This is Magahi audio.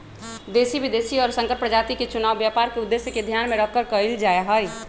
देशी, विदेशी और संकर प्रजाति के चुनाव व्यापार के उद्देश्य के ध्यान में रखकर कइल जाहई